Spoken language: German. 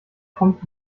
kommt